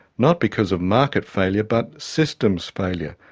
not because of market failure but systems failure.